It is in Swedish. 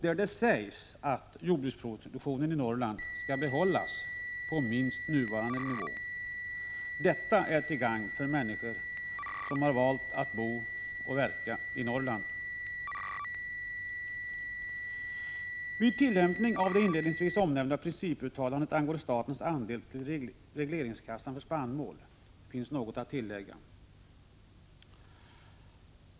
Man sade då att jordbruksproduktionen i Norrland skall behållas på minst nuvarande nivå. Detta är till gagn för människor som har valt att bo och verka i Norrland. Beträffande tillämpningen av det inledningsvis omnämnda principuttalandet angående statens andel till regleringskassan för spannmål finns något att tillägga.